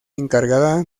encargada